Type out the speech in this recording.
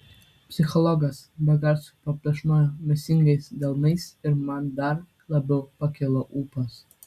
psichologas be garso paplekšnojo mėsingais delnais ir man dar labiau pakilo ūpas